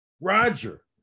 Roger